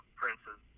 princes